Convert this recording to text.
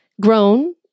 grown